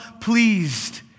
pleased